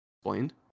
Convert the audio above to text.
explained